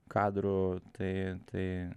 kadrų tai tai